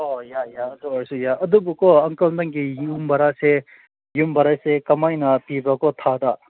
ꯑꯣ ꯌꯥꯏ ꯌꯥꯏ ꯑꯗꯨ ꯑꯣꯏꯔꯁꯨ ꯌꯥꯏ ꯑꯗꯨꯕꯨꯀꯣ ꯑꯪꯀꯜ ꯅꯪꯒꯤ ꯌꯨꯝ ꯚꯔꯥꯁꯦ ꯌꯨꯝ ꯚꯔꯥꯁꯦ ꯀꯃꯥꯏꯅ ꯄꯤꯕꯀꯣ ꯊꯥꯗ